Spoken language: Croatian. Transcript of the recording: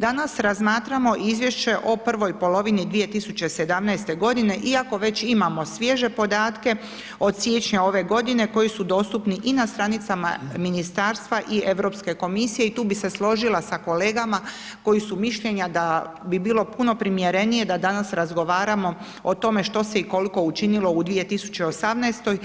Danas razmatramo izvješće o prvoj polovini 2017. g. iako već imamo svježe podatke od siječnja ove godine koji su dostupni i na stranicama ministarstva i Europske komisije i tu bise složila sa kolegama koji su mišljenja da bi bilo puno primjerenije da danas razgovaramo o tome što se i koliko učinilo u 2018.